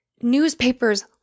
newspapers